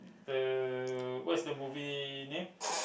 the what is the movie name